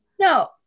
No